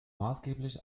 maßgeblich